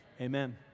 amen